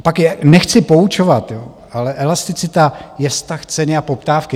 Pak je nechci poučovat, ale elasticita je stav ceny a poptávky.